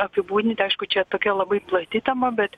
apibūdinti aišku čia tokia labai plati tema bet